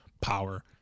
power